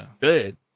good